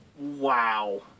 Wow